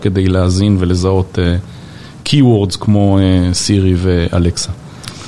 כדי להזין ולזהות keywords כמו סירי ואלקסה.